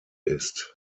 ist